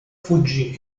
fuggì